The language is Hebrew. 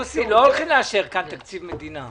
לא הולכים לאשר עכשיו תקציב מדינה.